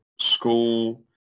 school